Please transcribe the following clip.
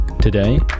Today